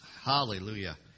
Hallelujah